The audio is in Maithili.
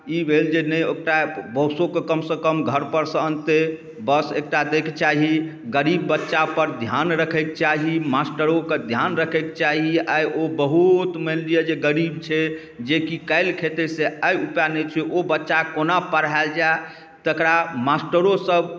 ई भेल जे नहि एकटा बसोके कमसँ कम घरपरसँ अनतै बस एकटा दैके चाही गरीब बच्चापर धिआन रखैके चाही मास्टरोके धिआन रखैके चाही आइ ओ बहुत मानि लिअऽ जे गरीब छै जे कि काल्हि खेतै से आइ उपाय नहि छै ओ बच्चा कोना पढ़ाएल जाए तकरा मास्टरोसब